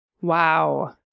Wow